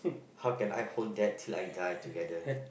how can I hold that like die together